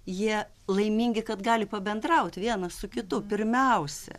jie laimingi kad gali pabendraut vienas su kitu pirmiausia